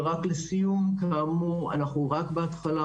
ורק לסיום, כאמור, אנחנו רק בהתחלה.